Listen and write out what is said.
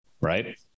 Right